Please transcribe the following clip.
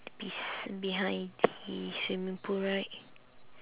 bes~ behind the swimming pool right